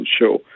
show